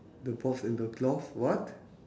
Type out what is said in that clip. the box and the cloth what